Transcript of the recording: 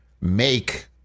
make